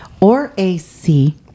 Or-A-C